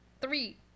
three